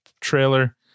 trailer